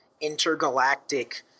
intergalactic